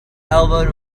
elbowed